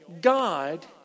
God